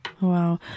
Wow